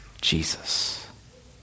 Jesus